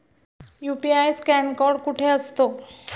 UPI scan code कुठे असतो?